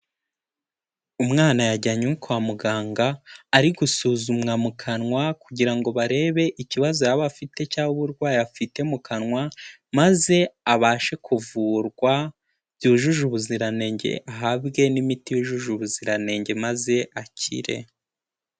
Umwana yajyanywe kwa muganga, ari gusuzumwa mu kanwa kugira ngo barebe ikibazo yaba afite cyangwa uburwayi afite mu kanwa, maze abashe kuvurwa byujuje ubuziranenge ahabwe n'imiti yujuje ubuziranenge maze akire.